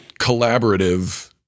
collaborative